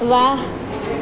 વાહ